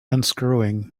unscrewing